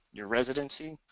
your residency.